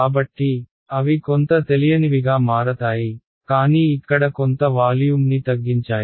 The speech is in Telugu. కాబట్టి అవి కొంత తెలియనివిగా మారతాయి కానీ ఇక్కడ కొంత వాల్యూమ్ని తగ్గించాయి